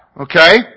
okay